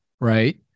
right